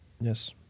Yes